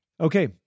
Okay